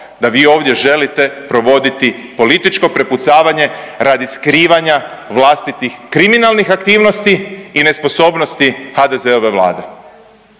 da vi ovdje želite provoditi političko prepucavanje radi skrivanja vlastitih kriminalnih aktivnosti i nesposobnosti HDZ-ove vlade.